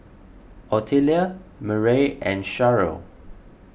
Ottilia Murray and Sharyl